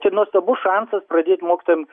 čia nuostabus šansas pradėt mokytojam